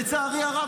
לצערי הרב,